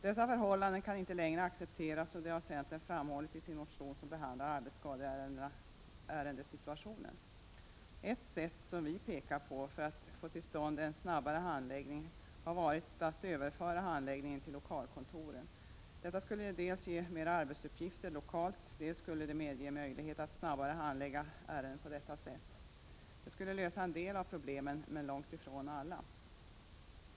Dessa förhållanden kan inte längre accepteras, och det har centern framhållit i sin motion som behandlar arbetsskadeärendesituationen. Ett sätt som vi pekar på för att få till stånd en snabbare handläggning skulle vara att överföra handläggningen till lokalkontoren. Detta skulle dels ge mera arbetsuppgifter lokalt, dels medge möjlighet att snabbare handlägga ärenden. Det skulle lösa en del av problemen, men långt ifrån alla.